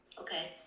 Okay